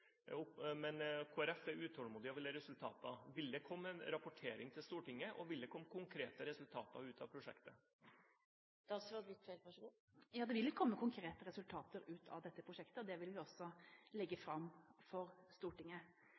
opp det statsråden sa om avbyråkratisering, for der er det nå en prosess på gang. Men Kristelig Folkeparti er utålmodig og vil ha resultater. Vil det komme en rapportering til Stortinget, og vil det komme konkrete resultater av prosjektet? Ja, det vil komme konkrete resultater av dette prosjektet, og det vil vi også legge fram for Stortinget.